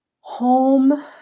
home